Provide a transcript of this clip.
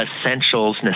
essentials